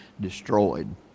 destroyed